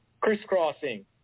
crisscrossing